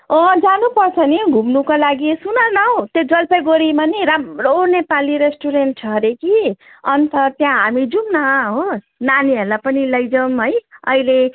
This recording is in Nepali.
जानु पर्छ पनि घुम्नुको लागि सुन न हौ त्यो जलपाइगुडीमा पनि राम्रो नेपाली रेस्टुरेन्ट छ अरे कि अन्त त्यहाँ हामी जाऊँ न हो नानीहरूलाई पनि लैजाऊँ है अहिले